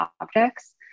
objects